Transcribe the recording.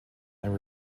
and